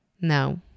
No